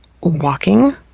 walking